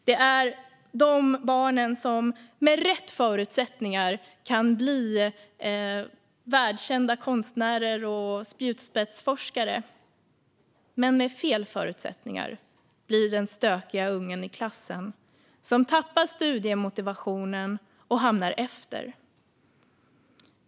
De är det där barnet som med rätt förutsättningar kan bli en världskänd konstnär eller spjutspetsforskare men som med fel förutsättningar blir den stökiga ungen i klassen, som tappar studiemotivationen och hamnar efter.